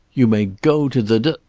you may go to the d,